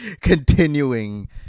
continuing